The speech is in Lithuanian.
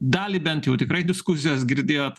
dalį bent jau tikrai diskusijas girdėjot